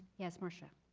yes marsha?